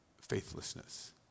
faithlessness